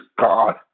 God